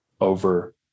over